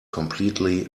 completely